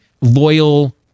loyal